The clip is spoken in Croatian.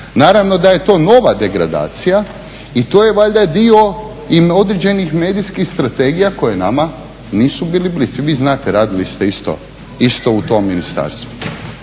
naravno da je to nova degradacija. I to je valjda dio i određenih medijskih strategija koje nama nisu bile bliske. Vi znate, radili ste isto u tom ministarstvu.